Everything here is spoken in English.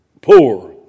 poor